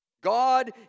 God